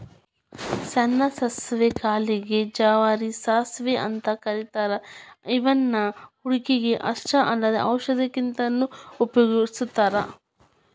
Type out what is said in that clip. ಸಣ್ಣ ಸಾಸವಿ ಕಾಳಿಗೆ ಗೆ ಜವಾರಿ ಸಾಸವಿ ಅಂತ ಕರೇತಾರ ಇವನ್ನ ಅಡುಗಿಗೆ ಅಷ್ಟ ಅಲ್ಲದ ಔಷಧಕ್ಕಂತನು ಉಪಯೋಗಸ್ತಾರ